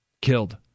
killed